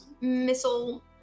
missile